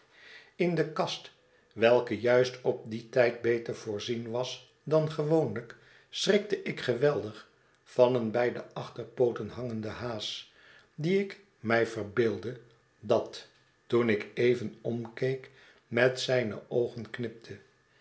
in de kast welke juist op dien tijd beter voorzien was dan gewoonlijk schrikte ik geweldig van eenbij de achterpooten hangenden haas die ik mij verbeeldde dat toen ik even omkeek met zijne oogen knipte